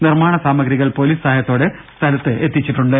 നിർമ്മാണ സാമഗ്രികൾ പൊലീസ് സഹായത്തോടെ സ്ഥലത്ത് എത്തിച്ചിട്ടുണ്ട്